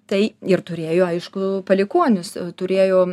tai ir turėjo aišku palikuonius turėjo